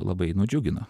labai nudžiugino